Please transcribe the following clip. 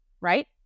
right